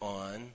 on